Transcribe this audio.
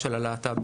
להט״ב,